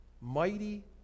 Mighty